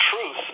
truth